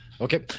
Okay